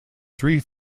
three